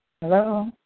Hello